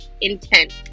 intent